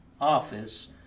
office